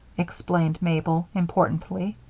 explained mabel, importantly.